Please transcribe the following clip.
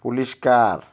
police car